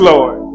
Lord